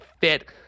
fit